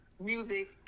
music